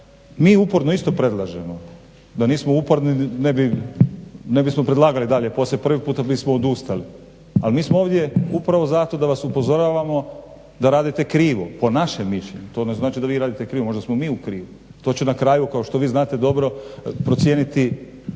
Mi uporno isto predlažemo, da nismo uporni ne bismo predlagali dalje, poslije prvog puta bismo odustali, ali mi smo ovdje upravo zato da vas upozoravamo da radite krivo po našem mišljenju, to ne znači da vi radite krivo, možda smo mi u krivu, to ću na kraju kao što vi znate dobro prociniti